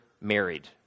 married